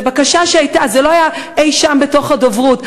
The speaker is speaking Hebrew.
זה לא היה אי-שם בתוך הדוברות.